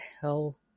hell